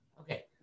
Okay